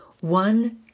One